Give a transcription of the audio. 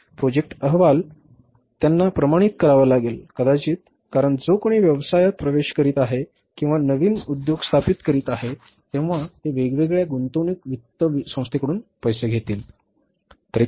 project अहवाल त्यांना प्रमाणित करावा लागेल कदाचित कारण जो कोणी व्यवसायात प्रवेश करीत आहे किंवा नवीन उद्योग स्थापित करीत आहेत तेव्हा ते वेगवेगळ्या गुंतवणूक वित्त संस्थांकडून पैसे घेतील बरोबर